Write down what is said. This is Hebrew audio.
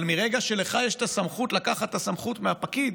אבל מרגע שיש לך את הסמכות לקחת את הסמכות מהפקיד,